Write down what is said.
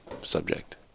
subject